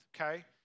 okay